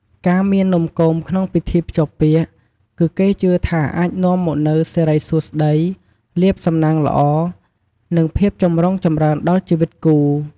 ការមាននំគមក្នុងពិធីភ្ជាប់ពាក្យ គឺគេជឿថាអាចនាំមកនូវ សិរីសួស្ដី លាភសំណាងល្អ និងភាពចម្រុងចម្រើនដល់ជីវិតគូ។